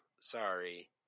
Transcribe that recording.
sorry